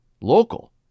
local